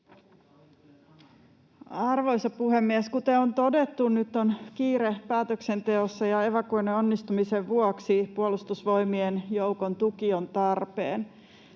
Arvoisa puhemies! Kuten on todettu, nyt on kiire päätöksenteossa, ja evakuoinnin onnistumisen vuoksi Puolustusvoimien joukon tuki on tarpeen.